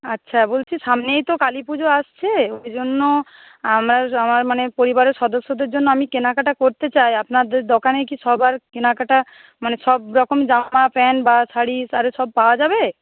আচ্ছা বলছি সামনেই তো কালী পুজো আসছে ওই জন্য আমার আমার মানে পরিবারের সদস্যদের জন্য আমি কেনাকাটা করতে চাই আপনাদের দোকানে কি সবার কেনাকাটা মানে সব রকম জামা প্যান্ট বা শাড়ি আরে সব পাওয়া যাবে